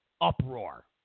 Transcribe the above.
uproar